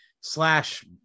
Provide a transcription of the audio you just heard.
slash